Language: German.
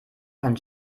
kann